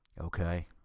okay